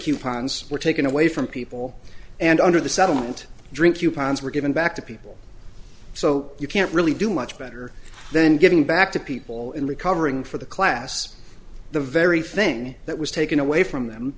coupons were taken away from people and under the settlement drink you pounds were given back to people so you can't really do much better than giving back to people in recovering for the class the very thing that was taken away from them